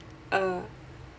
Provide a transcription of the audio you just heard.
uh